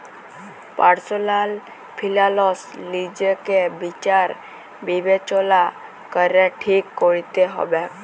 personal ফিলালস লিজেকে বিচার বিবেচলা ক্যরে ঠিক ক্যরতে হবেক